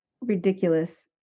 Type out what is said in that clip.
ridiculous